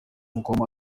ngoma